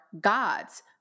God's